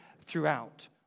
throughout